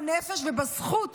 בנפש ובזכות